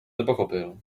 nepochopil